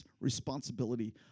responsibility